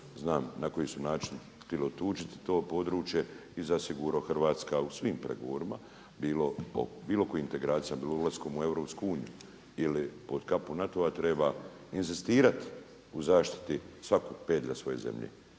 znam na koji su način htjeli otuđiti to područje. I zasigurno Hrvatska u svim pregovorima, bilo oko integracija, bilo ulaskom u EU ili pod kapu NATO-a treba inzistirat u zaštiti svakog pedlja svoje zemlje.